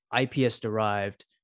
IPS-derived